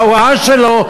בהוראה שלו,